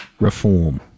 reform